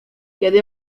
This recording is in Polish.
kiedy